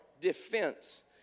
defense